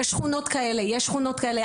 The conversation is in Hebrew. יש שכונות כאלה ויש שכונות כאלה,